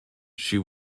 she